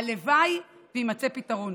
הלוואי שיימצא פתרון.